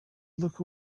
look